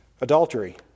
Adultery